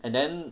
and then